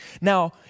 Now